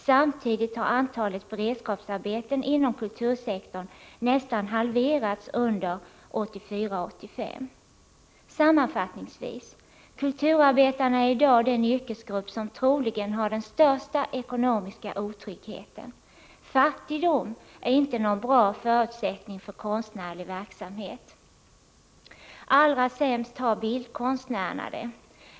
Samtidigt har antalet beredskapsarbeten inom kultursektorn nästan halverats under 1984/85. Sammanfattningsvis: Kulturarbetarna är i dag den yrkesgrupp som troligen har den största ekonomiska otryggheten. Fattigdom är inte någon bra förutsättning för konstnärlig verksamhet. Allra sämst har bildkonstnärerna det.